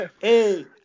hey